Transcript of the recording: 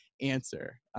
answer